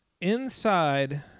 Inside